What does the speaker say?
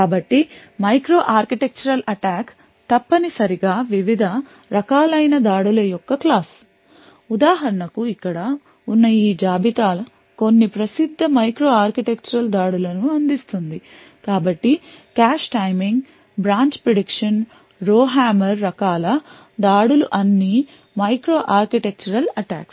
కాబట్టి micro architectural attack తప్పనిసరిగా వివిధ రకాలైన దాడుల యొక్క క్లాస్ ఉదాహరణకు ఇక్కడ ఉన్న ఈ జాబితా కొన్ని ప్రసిద్ధ మైక్రో ఆర్కిటెక్చరల్ దాడుల ను అందిస్తుంది కాబట్టి cache timing branch prediction row hammer రకాల దాడులు అన్నీ మైక్రో ఆర్కిటెక్చరల్ అటాక్స్